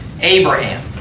Abraham